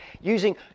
using